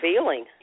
feeling